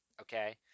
okay